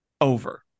over